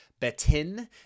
Betin